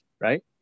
right